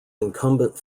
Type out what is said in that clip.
incumbent